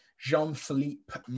Jean-Philippe